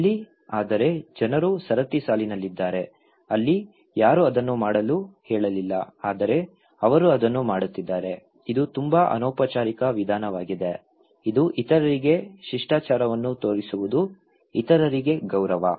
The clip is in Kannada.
ಇಲ್ಲಿ ಆದರೆ ಜನರು ಸರತಿ ಸಾಲಿನಲ್ಲಿದ್ದಾರೆ ಅಲ್ಲಿ ಯಾರೂ ಅದನ್ನು ಮಾಡಲು ಹೇಳಲಿಲ್ಲ ಆದರೆ ಅವರು ಅದನ್ನು ಮಾಡುತ್ತಿದ್ದಾರೆ ಇದು ತುಂಬಾ ಅನೌಪಚಾರಿಕ ವಿಧಾನವಾಗಿದೆ ಇದು ಇತರರಿಗೆ ಶಿಷ್ಟಾಚಾರವನ್ನು ತೋರಿಸುವುದು ಇತರರಿಗೆ ಗೌರವ